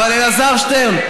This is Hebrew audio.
הייתי יושב-ראש ועדת הכנסת.